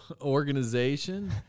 organization